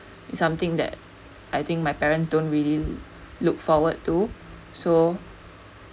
it's something that I think my parents don't really look forward to so